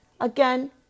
Again